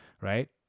right